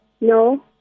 No